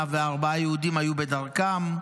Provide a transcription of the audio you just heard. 104 יהודים היו בדרכם,